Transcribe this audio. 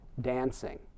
dancing